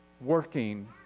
working